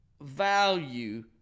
value